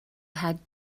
had